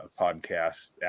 podcast